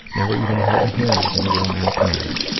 never even held hands in a romantic manner.